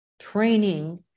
training